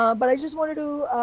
um but i just wanted to